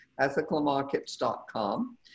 ethicalmarkets.com